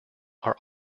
are